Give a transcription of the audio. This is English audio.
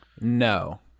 no